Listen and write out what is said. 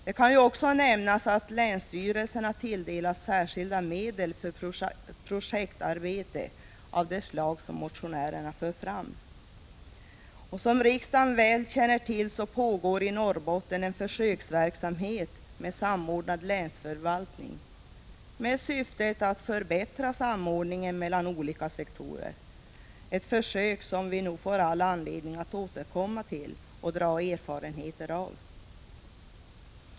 Det kan också nämnas att länsstyrelserna tilldelas särskilda medel för projektarbete av det slag som motionärerna för fram. Som riksdagen väl känner till pågår i Norrbotten en försöksverksamhet med samordnad länsförvaltning med syftet att förbättra samordningen mellan olika sektorer, ett försök som vi får anledning att återkomma till och dra erfarenheter av.